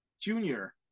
junior